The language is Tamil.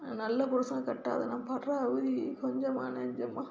நல்ல புருசனை கட்டாது நான் படுற அவதி கொஞ்சமா நஞ்சமா